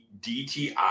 DTI